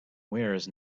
wears